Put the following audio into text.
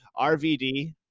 RVD